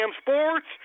Sports